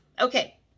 Okay